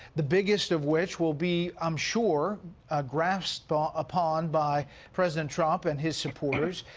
the biggest of which will be i'm sure grasped upon by president trump and his supporters.